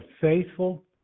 faithful